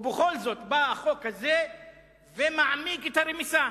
ובכל זאת בא החוק הזה ומעמיק את הרמיסה.